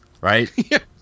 right